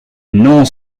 nor